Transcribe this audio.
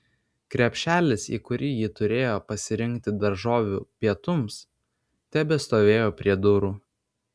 krepšelis į kurį ji turėjo pasirinkti daržovių pietums tebestovėjo prie durų